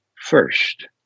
first